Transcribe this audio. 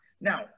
Now